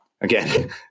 again